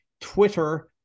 Twitter